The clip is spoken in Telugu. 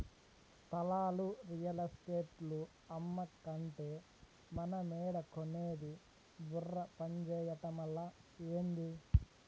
స్థలాలు రియల్ ఎస్టేటోల్లు అమ్మకంటే మనమేడ కొనేది బుర్ర పంజేయటమలా, ఏంది